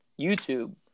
YouTube